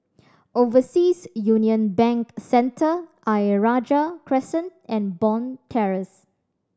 Overseas Union Bank Centre Ayer Rajah Crescent and Bond Terrace